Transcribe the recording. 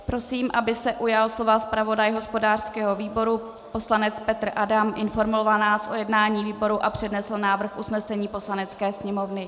Prosím, aby se ujal slova zpravodaj hospodářského výboru poslanec Petr Adam, informoval nás o jednání výboru a přednesl návrh usnesení Poslanecké sněmovny.